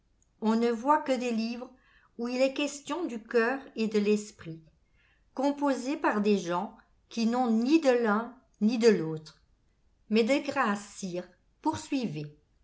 on ne voit que des livres où il est question du coeur et de l'esprit composés par des gens qui n'ont ni de l'un ni de l'autre mais de grâce sire poursuivez